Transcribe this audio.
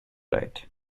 right